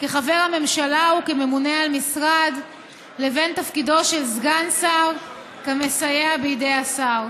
כחבר הממשלה וכממונה על משרד לבין תפקידו של סגן שר כמסייע בידי השר.